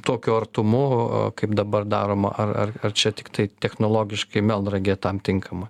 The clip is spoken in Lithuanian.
tokio artumu kaip dabar daroma ar ar ar čia tiktai technologiškai melnragė tam tinkama